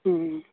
ᱦᱩᱸ ᱦᱩᱸ